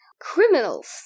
criminals